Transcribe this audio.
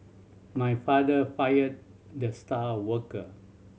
my father fired the star worker